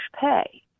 pay